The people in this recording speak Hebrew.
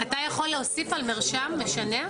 אתה יכול להוסיף על מרשם שם של משנע?